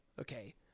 Okay